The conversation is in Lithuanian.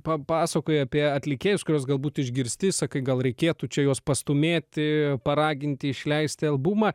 papasakoji apie atlikėjus kuriuos galbūt išgirsti sakai gal reikėtų čia juos pastūmėti paraginti išleisti albumą